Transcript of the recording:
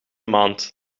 maand